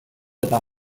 eta